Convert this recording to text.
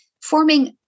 forming